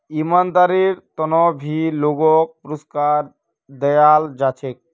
ईमानदारीर त न भी लोगक पुरुस्कार दयाल जा छेक